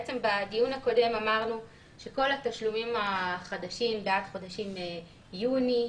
בדיון הקודם אמרנו שכל התשלומים החדשים בעד חודשים יוני,